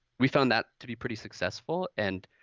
we found that to be pretty successful. and,